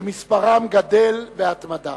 שמספרם גדל בהתמדה.